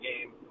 game